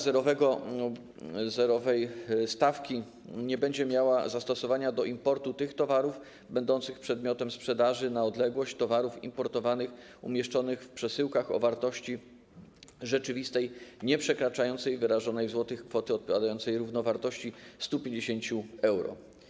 Zerowa stawka nie będzie miała zastosowania do importu tych towarów będących przedmiotem sprzedaży na odległość towarów importowanych umieszczonych w przesyłkach o wartości rzeczywistej nieprzekraczającej, wyrażonej w złotych, kwoty odpowiadającej równowartości 150 euro.